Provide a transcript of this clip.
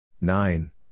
nine